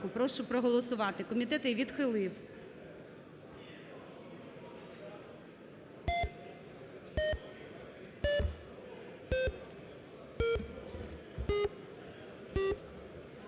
прошу проголосувати. Комітет її відхилив.